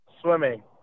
Swimming